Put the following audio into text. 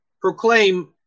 Proclaim